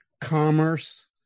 commerce